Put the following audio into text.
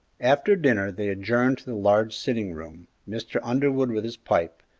after dinner they adjourned to the large sitting-room, mr. underwood with his pipe,